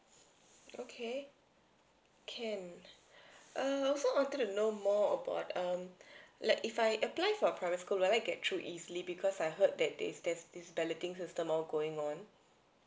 okay can err I also wanted to know more about um like if I apply for a private school will I get through easily because I heard that there is there's this balloting system all going on